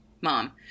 Mom